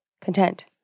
content